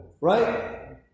Right